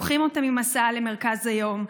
לוקחים אותם עם הסעה למרכז היום,